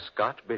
Scott